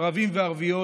ערבים וערביות,